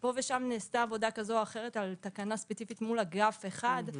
פה ושם נעשתה עבודה כזאת או אחרת על תקנה ספציפית מול אגף אחד,